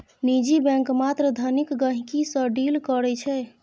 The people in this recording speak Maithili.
निजी बैंक मात्र धनिक गहिंकी सँ डील करै छै